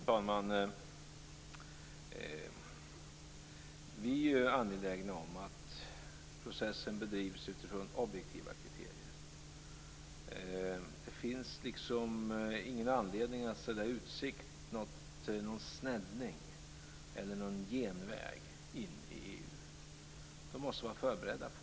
Fru talman! Vi är angelägna om att processen bedrivs utifrån objektiva kriterier. Det finns ingen anledning att ställa i utsikt någon sneddning eller genväg in i EU. Länderna måste vara förberedda på det.